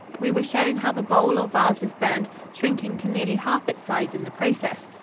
we were shown how the bowl or vase was burned, shrinking to nearly half its size in the process.